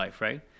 right